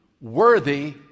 Worthy